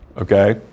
Okay